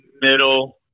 middle